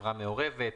חברה מעורבת,